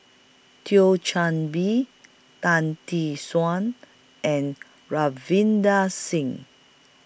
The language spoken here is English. Thio Chan Bee Tan Tee Suan and Ravinder Singh